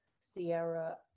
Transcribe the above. Sierra